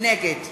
נגד